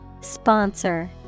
Sponsor